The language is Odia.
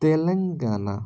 ତେଲେଙ୍ଗାନା